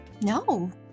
No